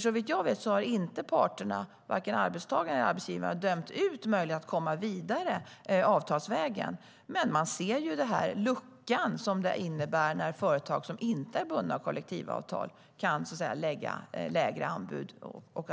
Såvitt jag vet har ju inte parterna, varken arbetstagare eller arbetsgivare, dömt ut möjligheten att komma vidare avtalsvägen, men man ser den här luckan som det innebär när företag som inte är bundna av kollektivavtal kan lägga lägre anbud.